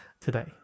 Today